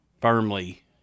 firmly